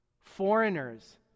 Foreigners